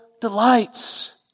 delights